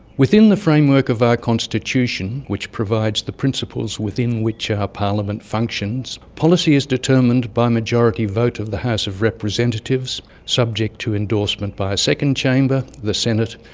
within the framework of our constitution which provides the principles within which ah our parliament functions policy is determined by majority vote of the house of representatives, subject to endorsement by a second chamber, the senate,